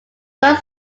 some